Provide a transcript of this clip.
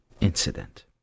incident